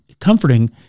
comforting